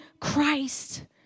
Christ